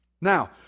Now